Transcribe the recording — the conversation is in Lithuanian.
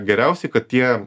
geriausiai kad tie